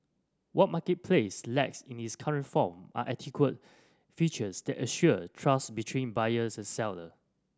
what marketplace lacks in its current form are adequate features that assure trust between buyers and seller